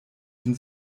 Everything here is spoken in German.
den